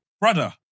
Brother